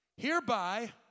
Hereby